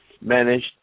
managed